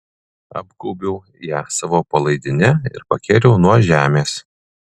apgaubiau ją savo palaidine ir pakėliau nuo žemės